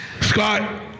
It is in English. Scott